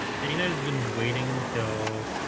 dana has been waiting until